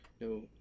no